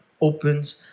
opens